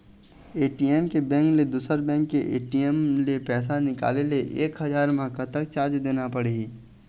ATM के bank ले दुसर बैंक के ए.टी.एम ले पैसा निकाले ले एक हजार मा कतक चार्ज देना पड़ही?